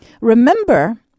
Remember